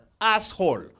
asshole